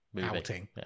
outing